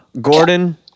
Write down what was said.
Gordon